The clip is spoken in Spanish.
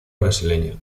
brasileño